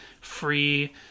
free